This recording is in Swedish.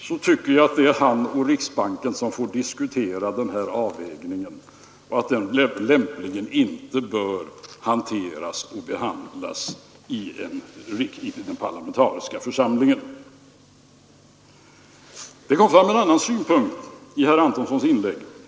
Då tycker jag att det är han och riksbanken som får diskutera den här avvägningen och att den saken lämpligen inte bör behandlas i den parlamentariska församlingen. Det kom fram en annan synpunkt i herr Antonssons inlägg.